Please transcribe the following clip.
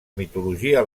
mitologia